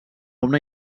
una